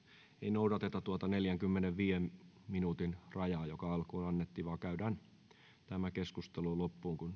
noudateta tuota neljänkymmenenviiden minuutin rajaa joka alkuun annettiin vaan vaan käydään tämä keskustelu loppuun kun